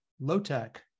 low-tech